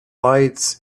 lights